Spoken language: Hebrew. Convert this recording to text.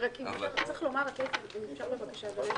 נכון.